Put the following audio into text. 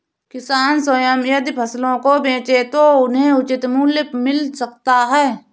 किसान स्वयं यदि फसलों को बेचे तो उन्हें उचित मूल्य मिल सकता है